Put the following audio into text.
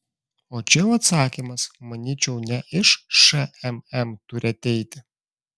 o čia jau atsakymas manyčiau ne iš šmm turi ateiti